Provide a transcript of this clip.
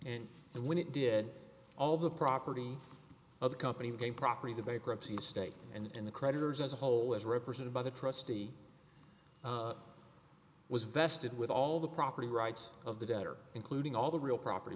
and when it did all the property of the company became property the bankruptcy estate and the creditors as a whole as represented by the trustee was vested with all the property rights of the debtor including all the real property